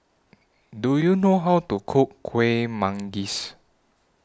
Do YOU know How to Cook Kuih Manggis